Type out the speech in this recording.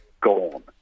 gone